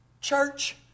Church